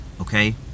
Okay